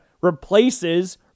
replaces